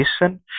listen